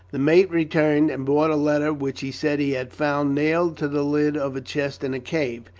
the mate returned and brought a letter which he said he had found nailed to the lid of a chest in a cave.